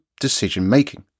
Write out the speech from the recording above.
decision-making